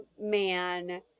man